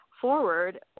forward